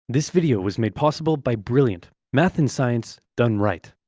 this video was made possible by brilliant math and science done right.